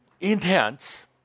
intense